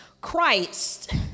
Christ